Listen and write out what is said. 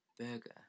Burger